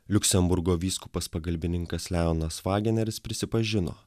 liuksemburgo vyskupas pagalbininkas leonas vageneris prisipažino